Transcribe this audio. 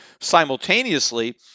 simultaneously